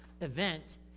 event